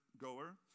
goer